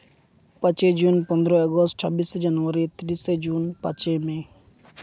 ᱯᱟᱸᱪᱮ June ᱯᱚᱱᱨᱚᱭ August ᱪᱷᱟᱵᱵᱤᱥᱮ ᱡᱟᱱᱩᱣᱟᱨᱤ ᱛᱤᱨᱤᱥᱟᱭ ᱡᱩᱱ ᱯᱟᱸᱪᱮᱭ ᱢᱮ